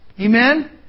Amen